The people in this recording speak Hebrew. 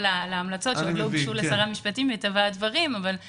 להמלצות שעוד לא הוגשו לשר המשפטים אבל כן,